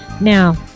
Now